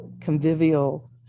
convivial